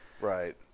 Right